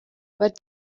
bati